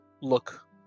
look